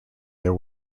their